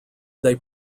they